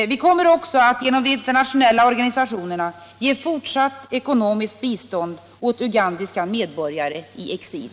Vi kommer också att genom de internationella organisationerna ge fortsatt ekonomiskt bistånd åt ugandiska medborgare i exil.